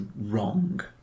wrong